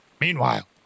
Meanwhile